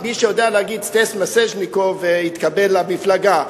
מי שיודע להגיד סטס מיסז'ניקוב התקבל למפלגה,